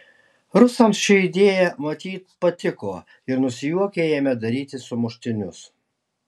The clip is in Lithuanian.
rusams ši idėja matyt patiko ir nusijuokę ėmė daryti sumuštinius